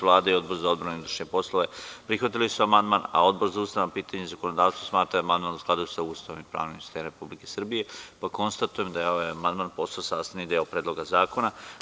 Vlada i Odbor za odbranu i unutrašnje poslove prihvatili su amandman, a Odbor za ustavna pitanja i zakonodavstvo smatra da je amandman u skladu sa Ustavom i pravnim sistemom Republike Srbije, pa konstatujem da je ovaj amandman postao sastavni deo Predloga zakona.